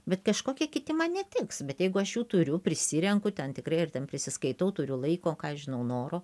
bet kažkokie kiti man netiks bet jeigu aš jų turiu prisirenku ten tikrai ir ten prisiskaitau turiu laiko ką aš žinau noro